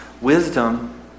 Wisdom